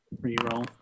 re-roll